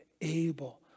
able